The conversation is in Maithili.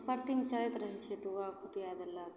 भरिदिन चरैत रहै छै तऽ ओकरा खुटिए देलक